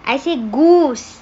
I say goose